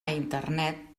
internet